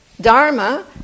Dharma